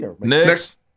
Next